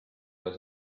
ole